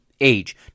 age